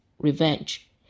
revenge